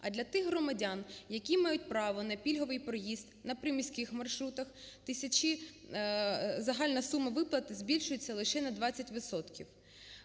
А для тих громадян, які мають право на пільговий проїзд на приміських маршрутах, тисячі... загальна сума виплати збільшиться лише на 20